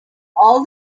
all